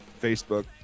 facebook